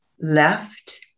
left